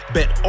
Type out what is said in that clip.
Bet